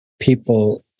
people